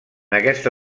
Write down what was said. aquesta